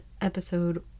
episode